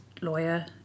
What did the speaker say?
lawyer